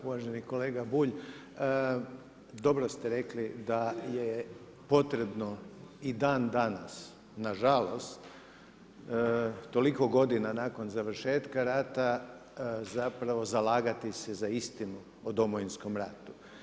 Uvaženi kolega Bulj, dobro ste rekli da je potrebno i dan danas nažalost toliko godina nakon završetka rata zapravo zalagati se za istinu o Domovinskom ratu.